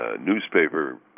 newspaper